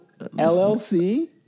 LLC